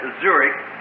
Zurich